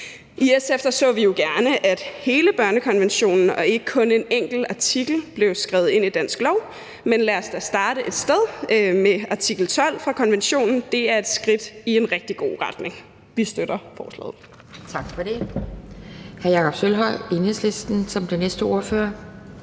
I SF så vi jo gerne, at hele børnekonventionen og ikke kun en enkelt artikel blev skrevet ind i dansk lov, men lad os da starte et sted, nemlig med artikel 12 fra konventionen. Det er et skridt i en rigtig god retning. Vi støtter forslaget.